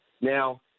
Now